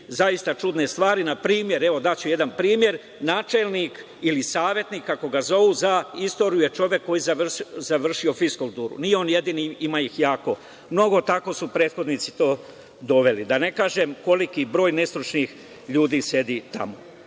zaista čudne stvari. Evo, daću jedan primer, načelnik ili savetnik, kako ga zovu, za istoriju je čovek koji je završio fiskulturu. Nije on jedini, ima ih jako mnogo, tako su prethodnici to doveli, da ne kažem koliki broj nestručnih ljudi sedi tamo. Da